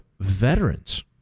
veterans